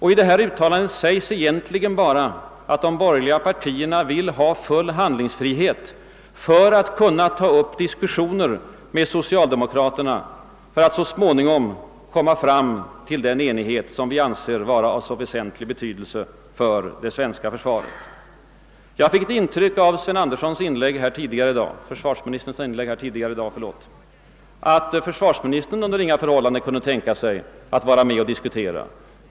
I yttrandet sägs främst att de borgerliga partierna vill ha handlingsfrihet att ta upp diskussioner med socialdemokraterna för att så småningom kunna komma fram till den enighet som vi anser vara av så väsentlig betydelse för det svenska försvaret. Jag fick det intrycket av försvarsministerns inlägg tidigare i dag, att försvarsministern under inga förhållanden kunde tänka sig att vara med och diskutera.